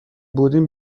بودیم